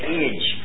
age